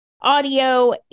audio